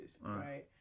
right